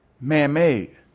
man-made